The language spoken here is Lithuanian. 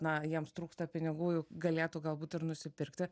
na jiems trūksta pinigų juk galėtų galbūt ir nusipirkti